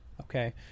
Okay